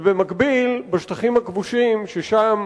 ובמקביל, בשטחים הכבושים, ששם